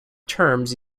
terms